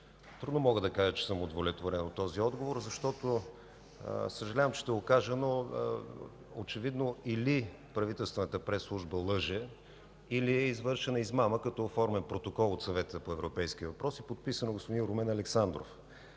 Трудно мога да кажа, че съм удовлетворен от този отговор, защото – съжалявам, че ще го кажа, но очевидно или правителствената пресслужба лъже, или е извършена измама, като е оформен протокол от Съвета по европейски въпроси, подписан от господин Румен Александров.